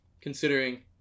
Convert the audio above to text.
considering